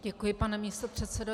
Děkuji, pane místopředsedo.